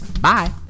Bye